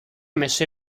messo